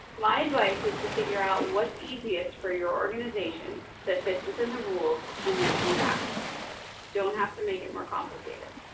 my advice is to figure out what's easiest for your organization that fits within the rules, and then do that. you don't have to make it more complicated.